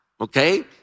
Okay